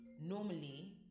Normally